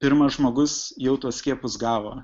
pirmas žmogus jau tuos skiepus gavo